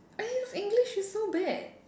English is so bad